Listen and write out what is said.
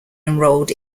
enrolled